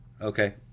Okay